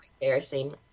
embarrassing